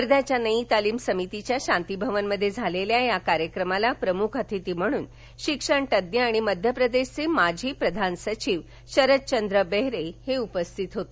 वर्ध्याच्या नयी तालिम समितीच्या शांती भवन मध्ये झालेल्या या कार्यक्रमाला प्रमुख अतिथी म्हणून शिक्षणतज्ञ आणि मध्य प्रदेश चे माजी प्रधान सचिव शरदचंद्र बेहर उपस्थित होते